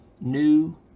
new